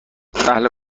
اهل